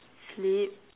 sleep